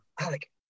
alec